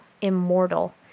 immortal